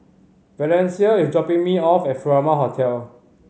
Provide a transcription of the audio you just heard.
Valencia is dropping me off at Furama Hotel